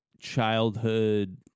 childhood